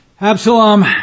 Absalom